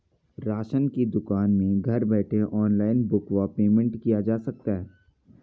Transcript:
Ration की दुकान में घर बैठे ऑनलाइन बुक व पेमेंट किया जा सकता है?